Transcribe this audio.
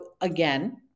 again